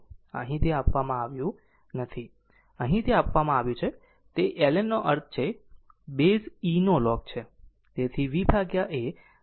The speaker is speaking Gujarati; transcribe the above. તો અહીં તે અહીં આપવામાં આવ્યું છે તે ln નો અર્થ થાય છે તે બેઝ e નો લોગ છે